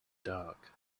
dark